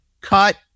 cut